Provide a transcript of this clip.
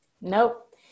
Nope